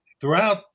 Throughout